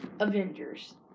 Avengers